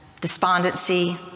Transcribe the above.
despondency